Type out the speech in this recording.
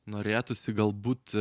norėtųsi galbūt